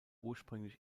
ursprünglich